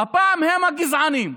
הפעם הם הגזענים,